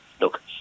Look